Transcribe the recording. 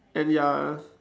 and ya